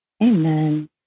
Amen